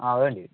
ആ വേണ്ടി വരും